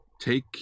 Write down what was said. take